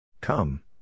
Come